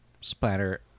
splatter